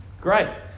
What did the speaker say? Great